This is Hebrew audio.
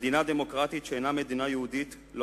מדינה דמוקרטית שאינה מדינה יהודית לא